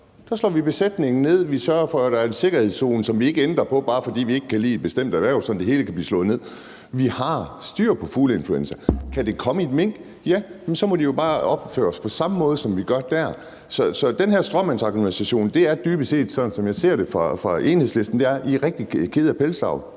Så slår vi besætningen ned; vi sørger for, at der er en sikkerhedszone – og ikke en sikkerhedszone, som vi ændrer på, bare fordi vi ikke kan lide et bestemt erhverv, sådan at det hele kan blive slået ned. Vi har styr på fugleinfluenza. Kan det komme i mink? Ja, men så må vi jo bare opføre os på samme måde, som vi gør der. Så den her stråmandsargumentation er dybest set det, jeg ser fra Enhedslisten: I er rigtig kede af pelsdyravl.